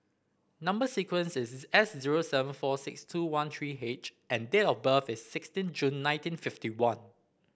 number sequence is S zero seven four six two one three H and date of birth is sixteen June nineteen fifty one